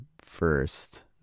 first